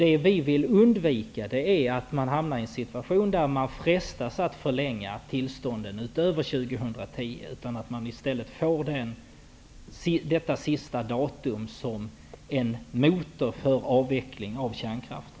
Det vi vill undvika är att man hamnar i en situation där man frestas att förlänga tillstånden utöver 2010, utan detta sista datum bör i stället fungera som en motor för avvecklingen av kärnkraften.